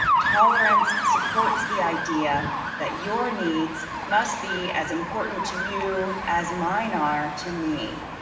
tolerance supports the idea that your needs must be as important to you as mine are to me.